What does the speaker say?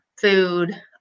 food